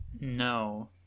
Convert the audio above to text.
No